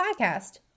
Podcast